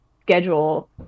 schedule